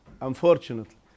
unfortunately